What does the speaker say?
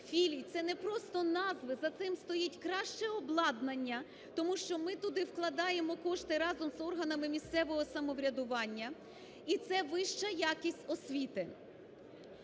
філій, це не просто назви, за цим стоїть краще обладнання, тому що ми туди вкладаємо кошти разом з органами місцевого самоврядування, і це вища якість освіти.